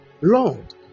Lord